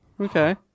Okay